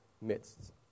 midst